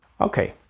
Okay